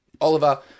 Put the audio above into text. oliver